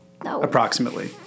approximately